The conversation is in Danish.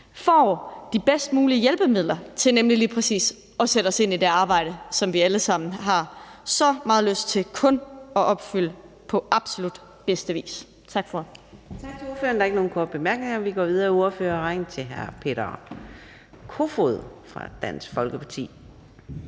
får de bedst mulige hjælpemidler til lige præcis at sætte os ind i det arbejde, som vi alle sammen har så meget lyst til kun at udføre på absolut bedste vis. Tak for